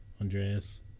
Andreas